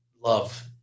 love